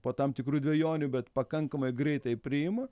po tam tikrų dvejonių bet pakankamai greitai priima